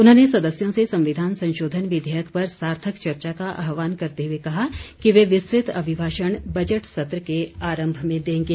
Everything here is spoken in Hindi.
उन्होंने सदस्यों से संविधान संशोधन विधेयक पर सार्थक चर्चा का आहवान करते हुए कहा कि वे विस्तृत अभिभाषण बजट सत्र के आरम्भ में देंगे